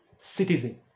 citizen